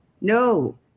no